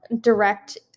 direct